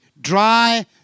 dry